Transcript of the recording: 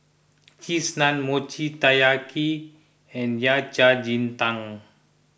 Cheese Naan Mochi Taiyaki and Yao Cai Ji Tang